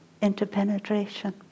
interpenetration